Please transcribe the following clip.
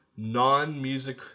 Non-music